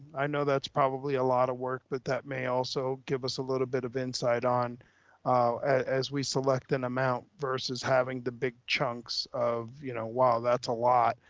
i know that's probably a lot of work, but that may also give us a little bit of insight on as we select an amount versus having the big chunks of, you know, wow, that's a lot,